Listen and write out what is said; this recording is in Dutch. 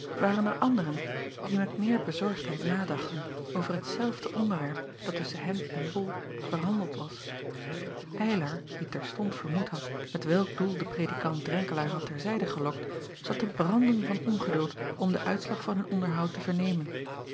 waren er anderen die met meer bezorgdheid nadachten over hetzelfde onderwerp dat tusschen hem en ol verhandeld was ylar die terstond vermoed had met welk doel de predikant renkelaer had ter zijde gelokt zat te branden van ongeduld om den uitslag van hun onderhoud te vernemen